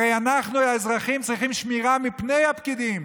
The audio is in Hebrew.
הרי אנחנו האזרחים צריכים שמירה מפני הפקידים,